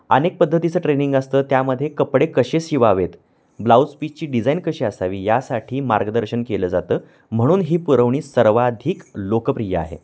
अनेक पद्धतीचं ट्रेनिंग असतं त्यामध्ये कपडे कसे शिवावेत ब्लाऊज पीसची डिझाईन कशी असावी यासाठी मार्गदर्शन केलं जातं म्हणून ही पुरवणी सर्वाधिक लोकप्रिय आहे